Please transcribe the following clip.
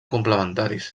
complementaris